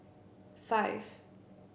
five